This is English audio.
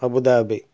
Abu Dhabi